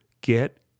Get